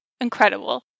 incredible